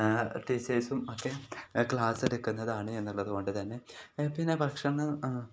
ടീച്ചേഴ്സും ഒക്കെ ക്ലാസ്സെടുക്കുന്നതാണ് എന്നുള്ളതു കൊണ്ടു തന്നെ പിന്നെ ഭക്ഷണം